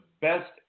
best